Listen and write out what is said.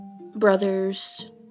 brothers